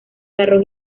arroz